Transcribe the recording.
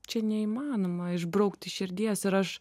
čia neįmanoma išbraukt iš širdies ir aš